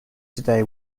today